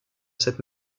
cette